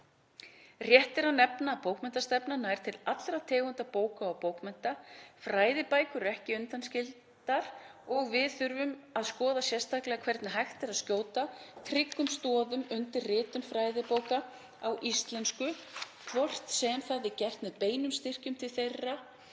Rétt er að nefna að bókmenntastefnan nær til allra tegunda bóka og bókmennta. Fræðibækur eru ekki undanskildar og við þurfum að skoða sérstaklega hvernig hægt er að skjóta tryggum stoðum undir ritun fræðibóka á íslensku, hvort sem það er gert með beinum styrkjum til þeirra